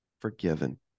forgiven